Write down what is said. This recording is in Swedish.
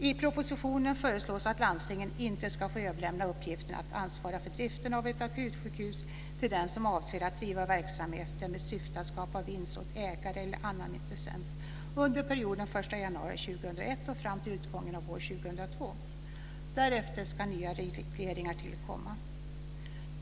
I propositionen föreslås att landstingen inte ska få överlämna uppgiften att ansvara för driften av ett akutsjukhus till den som avser att driva verksamheten med syfte att skapa vinst åt ägare eller annan intressent under perioden den 1 januari 2001 och fram till utgången av år 2002. Därefter ska nya regleringar tillkomma.